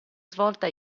svolta